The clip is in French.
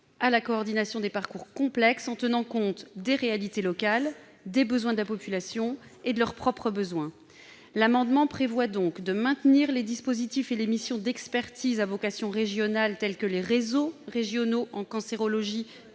à la coordination des parcours complexes, en tenant compte des réalités locales, des besoins de la population et de leurs propres besoins. L'amendement prévoit donc de maintenir les dispositifs et les missions d'expertise à vocation régionale, par exemple les réseaux régionaux en cancérologie